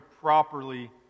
properly